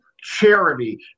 charity